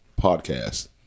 podcast